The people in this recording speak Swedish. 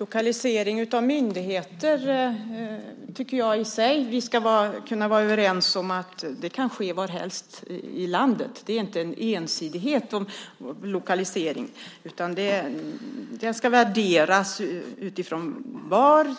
Herr talman! Jag tycker att vi ska kunna vara överens om att lokalisering av myndigheter kan ske var som helst i landet. Det är inte ensidighet som ska gälla för lokalisering, utan den ska värderas utifrån var